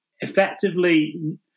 effectively